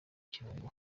kibungo